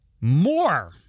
more